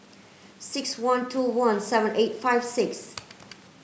six one two one seven eight five six